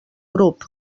grup